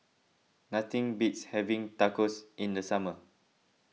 nothing beats having Tacos in the summer